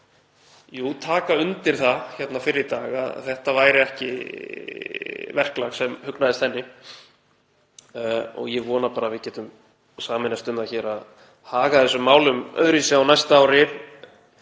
taka undir það hér fyrr í dag að þetta væri ekki verklag sem hugnaðist henni. Ég vona að við getum sameinast um það hér að haga þessum málum öðruvísi á næsta ári.